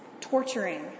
torturing